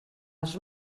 els